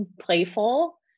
playful